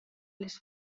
les